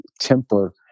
temper